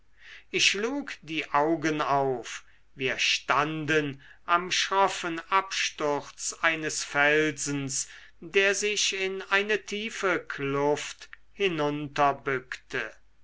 ich schlug die augen auf wir standen am schroffen absturz eines felsens der sich in eine tiefe kluft